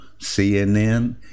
CNN